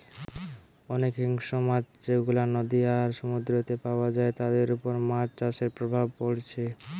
অনেক হিংস্র মাছ যেগুলা নদী আর সমুদ্রেতে পায়া যায় তাদের উপর মাছ চাষের প্রভাব পড়ছে